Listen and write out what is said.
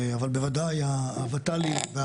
אבל בוודאי הוותמ״לים.